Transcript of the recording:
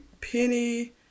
Penny